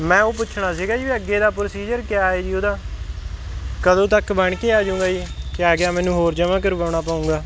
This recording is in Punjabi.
ਮੈਂ ਉਹ ਪੁੱਛਣਾ ਸੀਗਾ ਜੀ ਅੱਗੇ ਦਾ ਪ੍ਰੋਸੀਜਰ ਕਿਆ ਹੈ ਜੀ ਉਹਦਾ ਕਦੋਂ ਤੱਕ ਬਣ ਕੇ ਆ ਜਾਊਗਾ ਜੀ ਕਿਆ ਕਿਆ ਮੈਨੂੰ ਹੋਰ ਜਮ੍ਹਾਂ ਕਰਵਾਉਣਾ ਪਊਗਾ